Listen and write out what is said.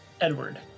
Edward